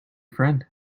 friend